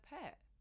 pet